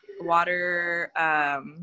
water